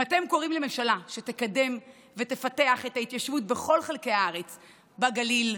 אם אתם קוראים לממשלה שתקדם ותפתח את ההתיישבות בכל חלקי הארץ בגליל,